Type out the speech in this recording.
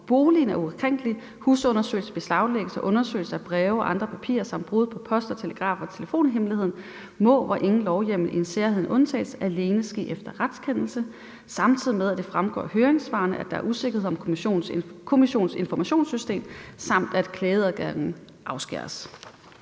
»Boligen er ukrænkelig. Husundersøgelse, beslaglæggelse og undersøgelse af breve og andre papirer samt brud på post-, telegraf- og telefonhemmeligheden må, hvor ingen lov hjemler en særegen undtagelse, alene ske efter en retskendelse«, samtidig med at det fremgår af høringssvarene, at der er usikkerhed om Kommissionens informationssystem, samt at klageadgangen afskæres?